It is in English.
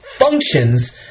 functions